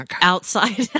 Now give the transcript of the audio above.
outside